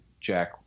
Jack